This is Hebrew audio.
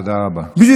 תודה רבה.